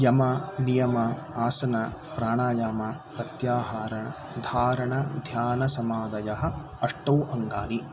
यम नियम आसनप्राणायामप्रत्याहारधारणाध्यानसमाधयः अष्टौ अङ्गानि